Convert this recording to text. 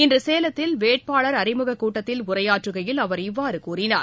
இன்று சேலத்தில் வேட்பாளர் அறிமுகக்கூட்டத்தில் உரையாற்றுகையில் அவர் இவ்வாறு கூறினார்